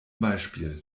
beispiel